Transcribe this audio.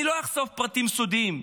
אני לא אחשוף פרטים סודיים,